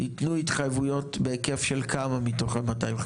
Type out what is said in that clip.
ניתנו התחייבויות בהיקף של כמה מתוך ה-250?